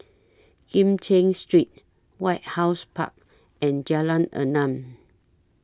Kim Cheng Street White House Park and Jalan Enam